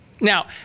Now